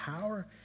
power